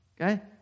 Okay